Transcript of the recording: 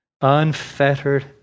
unfettered